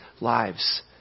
lives